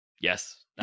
Yes